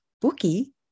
Bookie